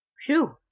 Phew